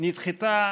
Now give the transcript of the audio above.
נדחתה